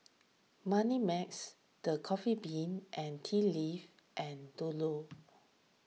Moneymax the Coffee Bean and Tea Leaf and Dodo